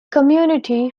community